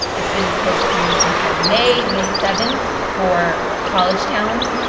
it's been postponed until may may seven for college towns,